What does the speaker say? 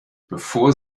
bevor